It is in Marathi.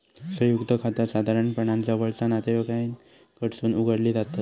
संयुक्त खाता साधारणपणान जवळचा नातेवाईकांकडसून उघडली जातत